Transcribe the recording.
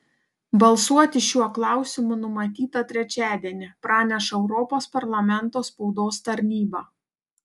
balsuoti šiuo klausimu numatyta trečiadienį praneša europos parlamento spaudos tarnyba